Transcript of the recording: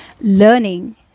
learning